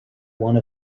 one